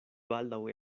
baldaŭ